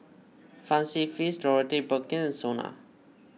Fancy Feast Dorothy Perkins and Sona